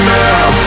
now